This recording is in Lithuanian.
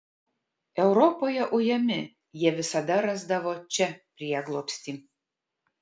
europoje ujami jie visada rasdavo čia prieglobstį